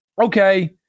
Okay